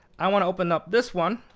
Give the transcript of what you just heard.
i want to open up this one.